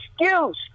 excuse